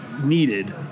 needed